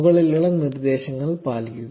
മുകളിലുള്ള നിർദ്ദേശങ്ങൾ പാലിക്കുക